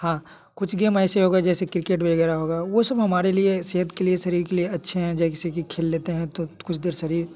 हाँ कुछ गेम ऐसे हो गए जैसे क्रिकेट वगैरह होगा वो सब हमारे लिए सेहत के लिए शरीर के लिए अच्छे हैं जैसे कि खेल लेते हैं तो कुछ देर शरीर